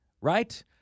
right